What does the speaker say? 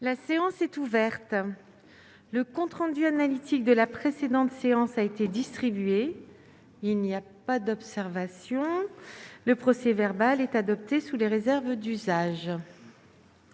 La séance est ouverte. Le compte rendu analytique de la précédente séance a été distribué. Il n'y a pas d'observation ?... Le procès-verbal est adopté sous les réserves d'usage.